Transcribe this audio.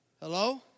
Hello